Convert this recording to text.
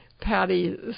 Patty